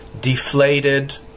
deflated